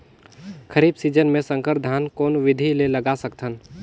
खरीफ season मे संकर धान कोन विधि ले लगा सकथन?